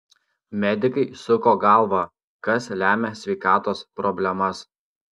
medikai suko galvą kas lemia sveikatos problemas